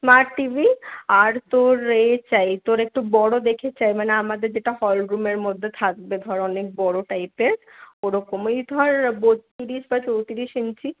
মার টিভি আর তোর এ চাই তোর একটু বড় দেখে চাই মানে আমাদের যেটা হল রুমের মধ্যে থাকবে ধর অনেক বড় টাইপের ওরকম ওই ধর বত্রিশ বা চৌত্রিশ ইঞ্চি